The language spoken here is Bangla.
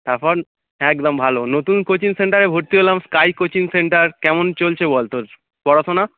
এখন একদম ভালো নতুন কোচিং সেন্টারে ভর্তি হলাম স্কাই কোচিং সেন্টার কেমন চলছে বল তোর পড়াশোনা